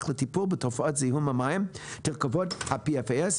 לטיפול בתופעת זיהום המים בתרכובות ה-PFAS,